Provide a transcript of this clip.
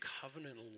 covenant